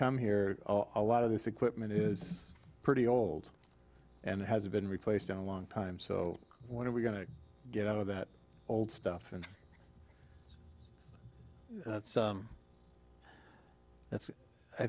come here a lot of this equipment is pretty old and has been replaced in a long time so what are we going to get out of that old stuff and that's that's i